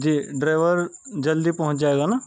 جی driver جلدی پہنچ جائے گا نا